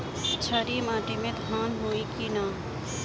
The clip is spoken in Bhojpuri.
क्षारिय माटी में धान होई की न?